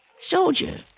Soldier